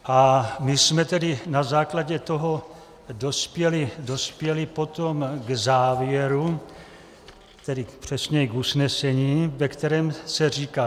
A my jsme tedy na základě toho dospěli potom k závěru, tedy přesněji k usnesení, ve kterém se říká: